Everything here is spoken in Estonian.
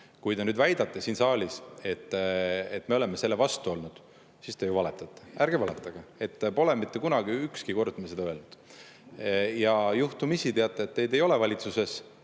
Kui te nüüd väidate siin saalis, et me oleme selle vastu olnud, siis te ju valetate. Ärge valetage! Me pole mitte kunagi, ükski kord seda öelnud. Ja juhtumisi, teate, teid ei ole valitsuses.